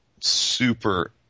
super